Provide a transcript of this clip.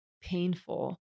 painful